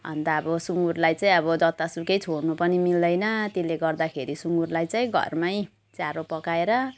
अन्त अब सुँगुरलाई चाहिँ अब जत्तासुकै छोड्नु पनि मिल्दैन त्यसले गर्दाखेरि सुँगुरलाई चाहिँ घरमै चारो पकाएर